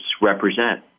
represent